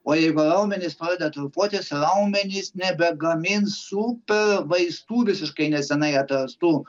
o jeigu raumenys padeda atrofuotis raumenys nebegamins super vaistų visiškai neseniai ataskaitų